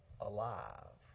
alive